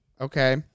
Okay